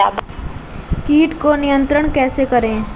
कीट को नियंत्रण कैसे करें?